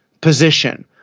position